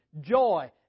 joy